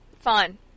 fine